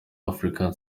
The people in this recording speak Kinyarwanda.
africa